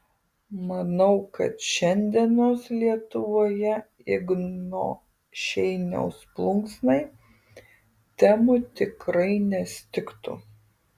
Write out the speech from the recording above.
manau kad šiandienos lietuvoje igno šeiniaus plunksnai temų tikrai nestigtų